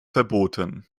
verboten